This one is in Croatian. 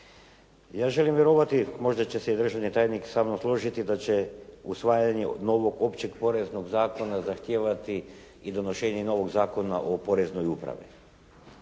Ja želim vjerovati, možda će se i državni tajnik sa mnom složiti, da će usvajanje novog Općeg poreznog zakona zahtijevati i donošenje novog Zakona o poreznoj upravi